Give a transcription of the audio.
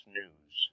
news